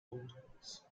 bulldogs